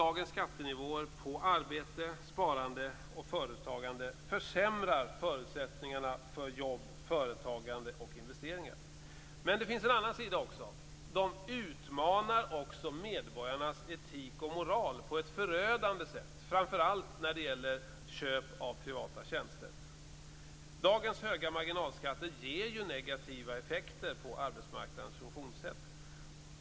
Dagens skattenivåer på arbete, sparande och företagande försämrar förutsättningarna för jobb, företagande och investeringar. Men det finns också en annan sida. De utmanar också medborgarnas etik och moral på ett förödande sätt framför allt när det gäller köp av privata tjänster. Dagens höga marginalskatter ger negativa effekter på arbetsmarknadens funktionssätt.